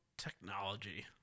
technology